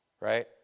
right